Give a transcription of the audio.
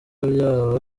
byaba